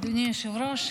אדוני היושב-ראש,